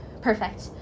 perfect